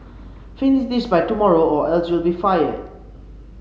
finish this by tomorrow or else you'll be fired